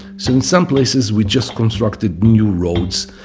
so in some places we just constructed new roads,